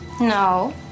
No